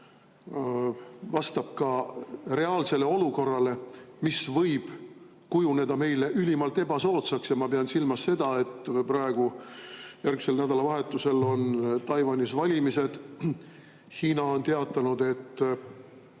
vastab ka reaalsele olukorrale, mis võib kujuneda meile ülimalt ebasoodsaks. Ja ma pean silmas seda, et järgmisel nädalavahetusel on Taiwanis valimised. Hiina on teatanud, et